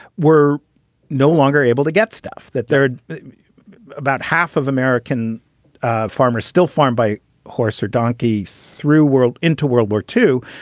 were no longer able to get stuff that they're about half of american farmers still farmed by horse or donkey through world into world war two.